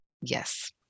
yes